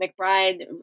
McBride